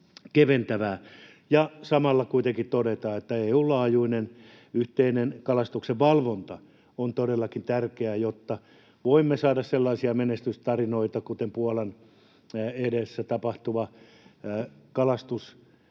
samalla kuitenkin pitää todeta, että EU:n laajuinen yhteinen kalastuksenvalvonta on todellakin tärkeää, jotta voimme saada sellaisia menestystarinoita kuten Puolan edessä tapahtuva kalastus